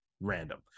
random